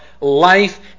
life